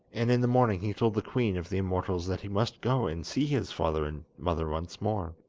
and in the morning he told the queen of the immortals that he must go and see his father and mother once more.